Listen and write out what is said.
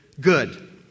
Good